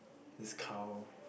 this cow